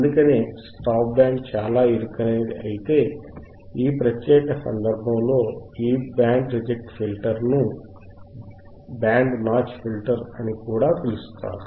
అందుకే stop band చాలా ఇరుకైనది అయితే ఈ ప్రత్యేక సందర్భంలో ఈ బ్యాండ్ రిజెక్ట్ ఫిల్టర్ను "బ్యాండ్ నాచ్ ఫిల్టర్" అని కూడా పిలుస్తారు